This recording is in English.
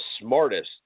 smartest